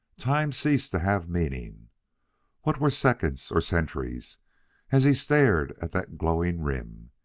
time ceased to have meaning what were seconds or centuries as he stared at that glowing rim?